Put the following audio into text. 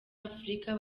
afurika